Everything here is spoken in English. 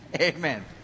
Amen